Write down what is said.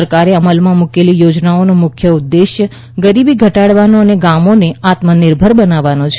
સરકારે અમલમાં મૂકેલી યોજનાઓનો મૂખ્ય ઉદ્દેશ ગરીબી ઘટાડવાનો અને ગામોને આત્મનિર્ભર બનાવવાનો છે